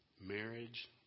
Marriage